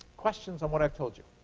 questions on what i've told you.